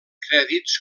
crèdits